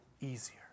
easier